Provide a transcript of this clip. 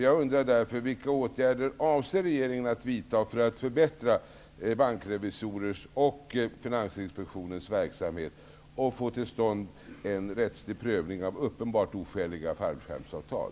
Jag undrar därför: Vilka åtgärder avser regeringen att vidta för att förbättra bankrevisorers och Finansinspektionens verksamhet och få till stånd en rättslig prövning av uppenbart oskäliga fallskärmsavtal?